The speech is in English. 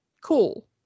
cool